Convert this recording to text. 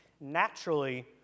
naturally